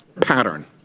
Pattern